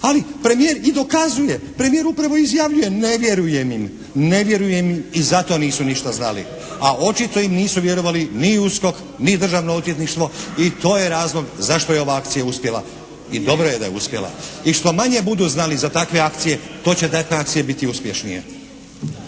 Ali premijer i dokazuje, premijer upravo izjavljuje, ne vjerujem im i zato nisu ništa znali. A očito im nisu vjerovali ni USKOK, ni Državno odvjetništvo i to je razlog zašto je ova akcija uspjela i dobro je da je uspjela i što manje budu znali za takve akcije, to će takve akcije biti uspješnije.